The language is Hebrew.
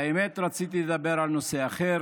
האמת, רציתי לדבר על נושא אחר